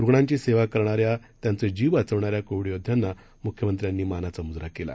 रुग्णांची सेवा करणाऱ्या त्यांचे जीव वाचवणाऱ्या कोविड योद्वांना मुख्यमंत्र्यांनी मानाचा मुजरा केला